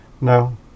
No